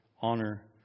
honor